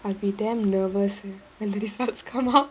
I'll be damn nervous eh when the results come out